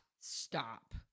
stop